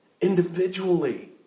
Individually